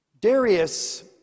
Darius